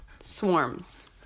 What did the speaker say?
Swarms